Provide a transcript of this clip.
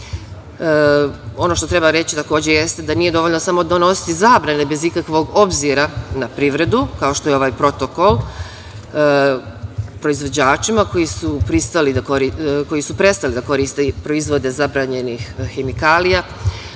što treba reći jeste da nije dovoljno samo donositi zabrane, bez ikakvog obzira na privredu, kao što je ovaj protokol, proizvođačima koji su prestali da koriste proizvode zabranjenih hemikalija.